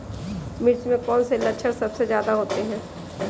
मिर्च में कौन से लक्षण सबसे ज्यादा होते हैं?